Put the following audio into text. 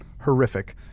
horrific